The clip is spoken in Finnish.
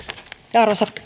arvoisa